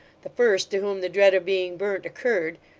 the first to whom the dread of being burnt occurred,